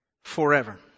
Forever